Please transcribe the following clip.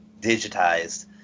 digitized